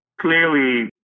clearly